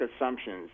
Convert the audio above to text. assumptions